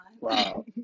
Wow